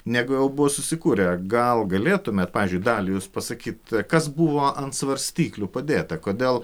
negu jau buvo susikūrę gal galėtumėt pavyzdžiui dalia jūs pasakyt kas buvo ant svarstyklių padėta kodėl